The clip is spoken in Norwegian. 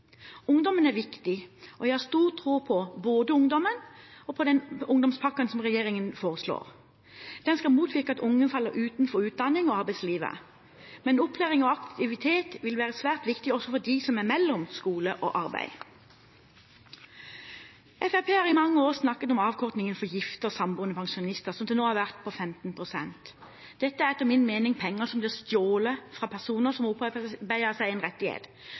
Ungdommen er viktig. Jeg har stor tro på både ungdommen og ungdomspakken regjeringen foreslår. Den skal motvirke at unge faller utenfor utdanning og arbeidsliv. Men opplæring og aktivitet vil være svært viktig også for dem som er mellom skole og arbeid. Fremskrittspartiet har i mange år snakket om avkortningen for gifte og samboende pensjonister som til nå har vært på 15 pst. Dette er etter min mening penger som blir stjålet fra personer som har opparbeidet seg en rettighet,